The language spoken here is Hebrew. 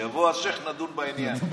כשיבוא השייח', נדון בעניין.